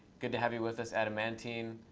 good to have you with us adamantine.